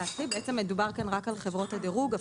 מדובר כאן רק על חברות הדירוג.